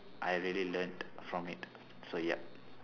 I really learnt from it so yup